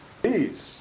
Please